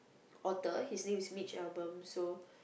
author his name is Mitch-Albom so